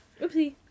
Oopsie